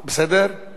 אנו